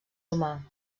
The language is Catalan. humà